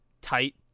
tight